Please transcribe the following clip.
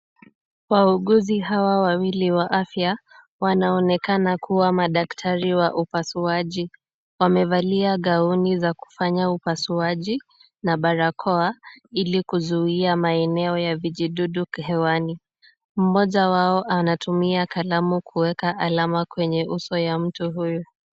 Wauguzi hawa wawili wa afya wanaonekana kuwa madaktari wa upasuaji. Wamevalia gauni za kufanya upasuaji na barakoa ili kuzuia maeneo ya vijidudu hewani. Mmoja wao anatumia kalamu kuweka alama kwenye uso ya mtu huyu.